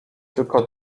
tylko